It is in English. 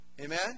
Amen